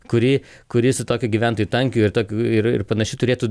kuri kuri su tokiu gyventojų tankiu ir tokiu ir panašių turėtų